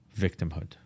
victimhood